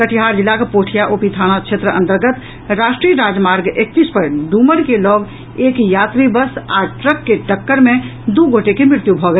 कटिहार जिलाक पोठिया ओपी थाना क्षेत्र अन्तर्गत राष्ट्रीय राज मार्ग एकतीस पर डूमर के लऽग एक यात्री बस आ ट्रक के टक्कर मे दू गोटे के मृत्यु भऽ गेल